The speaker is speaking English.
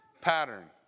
pattern